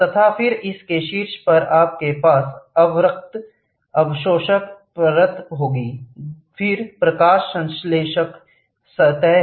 तथा फिर इसके शीर्ष पर आपके पास अवरक्त अवशोषक परत होगी फिर प्रकाश संश्लेषक सतह है